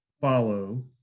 follow